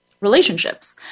relationships